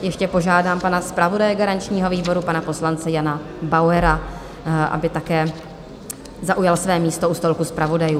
Ještě požádám zpravodaje garančního výboru pana poslance Jana Bauera, aby také zaujal své místo u stolku zpravodajů.